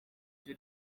ryo